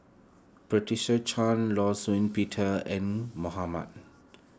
Patricia Chan Law Shau Peter and Mohamad